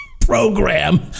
program